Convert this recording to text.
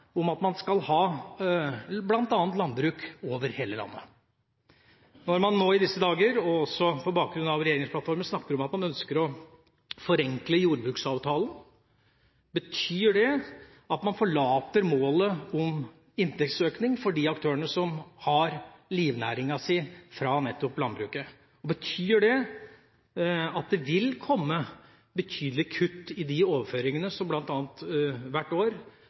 om at man skal ha et landbruk over hele landet. Når man i disse dager og i regjeringsplattformen snakker om at man ønsker å forenkle jordbruksavtalen, betyr det at man forlater målet om inntektsøkning for de aktørene som livnærer seg nettopp av landbruket? Betyr det at det vil komme betydelige kutt bl.a. i de overføringene som hvert år